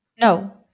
No